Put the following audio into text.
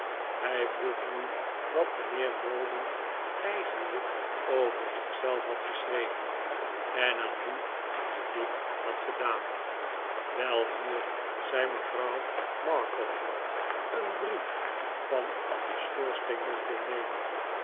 hij vroeg nu wat mijnheer maldon eigenlijk over zich zelf had geschreven en aan wien hij dit had gedaan wel hier zei mevrouw markleham een brief van den schoorsteenmantel nemend